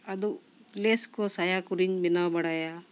ᱟᱫᱚ ᱞᱮᱥ ᱠᱚ ᱥᱟᱭᱟ ᱠᱚᱨᱮᱧ ᱵᱮᱱᱟᱣ ᱵᱟᱲᱟᱭᱟ